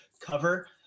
cover